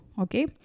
okay